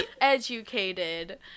educated